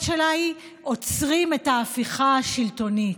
שלה היא "עוצרים את ההפיכה השלטונית"